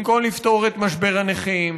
במקום לפתור את משבר הנכים,